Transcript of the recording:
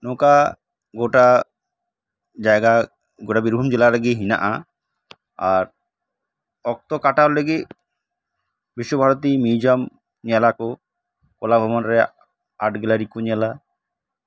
ᱱᱚᱝᱠᱟ ᱜᱚᱴᱟ ᱡᱟᱭᱜᱟ ᱜᱚᱴᱟ ᱵᱤᱨᱵᱷᱩᱢ ᱡᱟᱭᱜᱟ ᱨᱮᱜᱮ ᱢᱮᱱᱟᱜᱼᱟ ᱟᱨ ᱚᱠᱛᱚ ᱠᱟᱴᱟᱣ ᱞᱟᱹᱜᱤᱫ ᱵᱤᱥᱥᱚ ᱵᱷᱟᱨᱚᱛᱤ ᱢᱤᱭᱩᱡᱤᱭᱟᱢ ᱧᱮᱞᱟ ᱠᱚ ᱠᱚᱞᱟ ᱵᱷᱚᱵᱚᱱ ᱨᱮᱭᱟᱜ ᱟᱨᱴ ᱜᱮᱞᱟᱨᱤ ᱠᱚ ᱧᱮᱞᱟ